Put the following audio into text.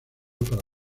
para